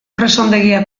presondegia